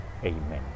Amen